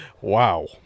wow